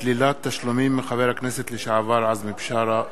שלילת תשלומים מחבר הכנסת לשעבר עזמי בשארה.